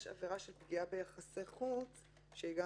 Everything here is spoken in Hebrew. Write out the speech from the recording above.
יש עבירה של פגיעה ביחסי חוץ שהיא גם